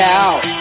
out